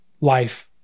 life